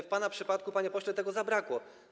W pana przypadku, panie pośle, tego zabrakło.